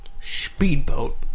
Speedboat